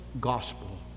gospel